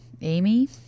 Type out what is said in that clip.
Amy